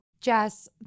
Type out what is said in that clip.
Jess